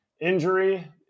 injury